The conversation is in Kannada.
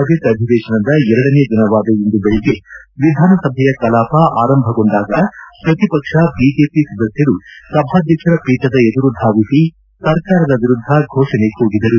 ಬಜೆಟ್ ಅಧಿವೇಶನದ ಎರಡನೇ ದಿನವಾದ ಇಂದು ಬೆಳಗ್ಗೆ ವಿಧಾನಸಭೆಯ ಕಲಾಪ ಆರಂಭಗೊಂಡಾಗ ಪ್ರತಿ ಪಕ್ಷ ಬಿಜೆಪಿ ಸದಸ್ದರು ಸಭಾಧ್ಯಕ್ಷರ ಪೀಠದ ಎದುರು ಧಾವಿಸಿ ಸರ್ಕಾರದ ವಿರುದ್ದ ಘೋಷಣೆ ಕೂಗಿದರು